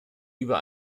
über